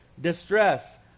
distress